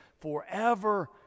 forever